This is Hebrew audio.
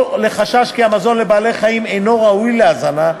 או של חשש כי המזון לבעלי-חיים אינו ראוי להזנה,